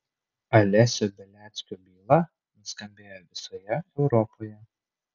alesio beliackio byla nuskambėjo visoje europoje